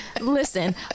Listen